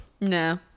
No